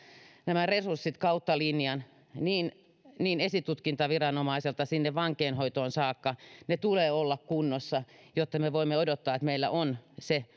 näiden resurssien kautta linjan aina esitutkintaviranomaisesta sinne vankeinhoitoon saakka tulee olla kunnossa jotta me voimme odottaa että meillä on se